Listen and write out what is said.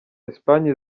espagne